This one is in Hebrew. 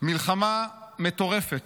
מלחמה מטורפת.